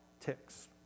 ticks